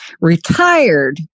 retired